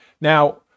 now